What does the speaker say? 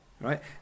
right